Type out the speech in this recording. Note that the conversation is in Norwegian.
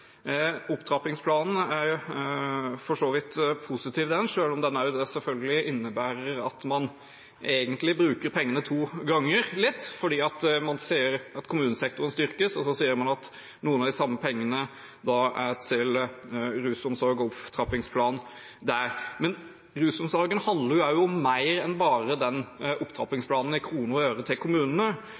Opptrappingsplanen er for så vidt positiv, selv om den innebærer at man egentlig bruker pengene to ganger – man sier at kommunesektoren styrkes, og så sier man at noen av de samme pengene er til rusomsorg og opptrappingsplanen der. Men rusomsorgen handler om mer enn bare den opptrappingsplanen i kroner og øre til kommunene.